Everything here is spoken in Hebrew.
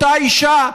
אותה אישה,